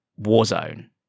warzone